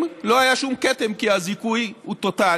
לא היה שום כתם כי הזיכוי הוא טוטאלי.